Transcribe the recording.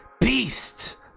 beast